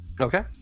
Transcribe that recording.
okay